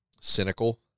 cynical